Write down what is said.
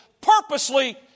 purposely